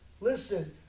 listen